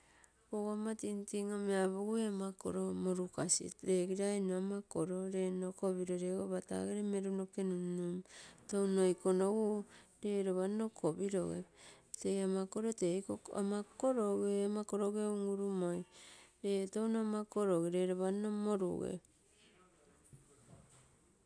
Pogomma tingting onie amugui ama kolo molukasi, lee girai nno ama kolo, leenno kopiro lee go lapataa gere merunoke nunnum. Touno ikonogu leenno kopiroge tee ama kolo, tee iko ama kologee, ama kologee un-urumoi lee touno ama kolo, lee lopa nno morugee.